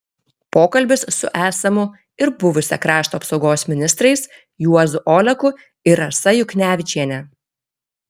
pokalbis su esamu ir buvusia krašto apsaugos ministrais juozu oleku ir rasa juknevičiene